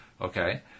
Okay